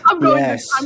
Yes